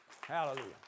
Hallelujah